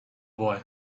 boy